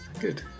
Good